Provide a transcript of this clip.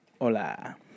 Hola